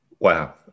Wow